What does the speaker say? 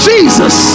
Jesus